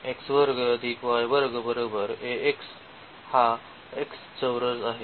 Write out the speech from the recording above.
तर येथे हा x चौरस आहे